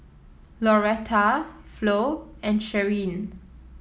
Lauretta Flo and Sherlyn